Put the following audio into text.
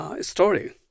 story